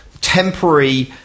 temporary